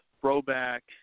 throwback